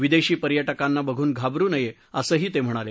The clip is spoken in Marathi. विदेशी पर्यटकांना बघून घाबरू नये असंही ते म्हणाले